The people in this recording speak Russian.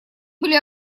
были